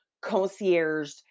concierge